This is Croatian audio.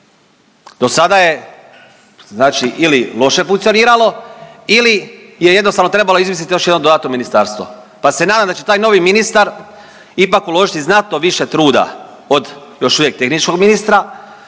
Dosada je znači ili loše funkcioniralo ili je jednostavno trebalo izmislit još jedno dodatno ministarstvo, pa se nadam da će taj novi ministar ipak uložiti znatno više truda od još uvijek tehničkog ministra